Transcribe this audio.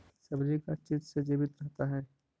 सब्जी का चीज से जीवित रहता है?